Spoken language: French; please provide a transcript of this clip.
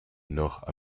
nord